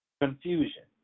Confusion